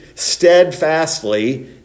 steadfastly